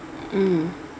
mm